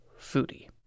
foodie